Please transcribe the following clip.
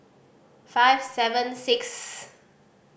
five seven sixth